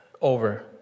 over